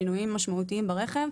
שינויים משמעותיים ברכב.